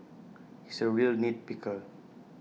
he's A real nit picker